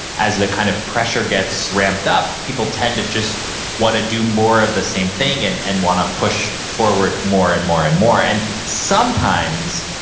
as the kind of pressure gets ramped up, people tend to just want to do more of the same thing and and want to push forward more and more and more, and sometimes,